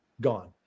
gone